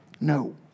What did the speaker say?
No